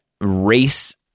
race